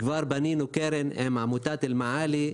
כבר בנינו עם עמותת "אלמעאלי"